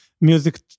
music